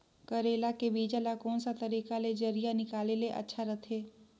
करेला के बीजा ला कोन सा तरीका ले जरिया निकाले ले अच्छा रथे?